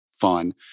fun